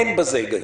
אין בזה היגיון.